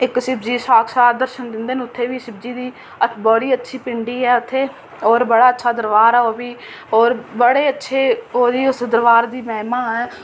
इक शिवजी साक्षात दर्शन दिंदे न उत्थै बी शिवजी दी इक बड़ी अच्छी पिंडी ऐ उत्थै बी होर बड़ा दरबार ऐ ओह्बी होर बड़ी अच्छी उस दरबार दी महिमा ऐ